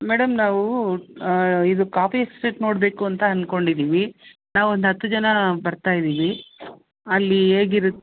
madam ನಾವು ಇದು coffee estate ನೋಡಬೇಕು ಅಂತ ಅಂದ್ಕೊಂಡಿದಿವಿ ನಾವೊಂದು ಹತ್ತು ಜನ ಬರ್ತಾ ಇದ್ದೀವಿ ಅಲ್ಲಿ ಹೇಗಿರತ್ತೆ